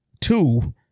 two